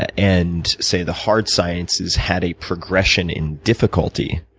and say the hard sciences had a progression in difficulty,